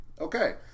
Okay